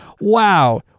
wow